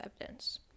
evidence